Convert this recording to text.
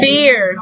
Fear